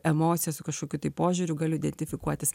emocija su kažkokiu tai požiūriu galiu identifikuotis